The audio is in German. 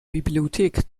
bibliothek